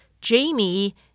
Jamie